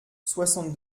soixante